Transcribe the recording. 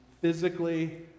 physically